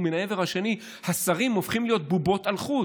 ומן העבר השני השרים הופכים להיות בובות על חוט: